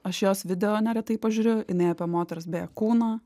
aš jos video neretai pažiūriu jinai apie moters beje kūną